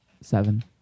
Seven